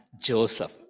joseph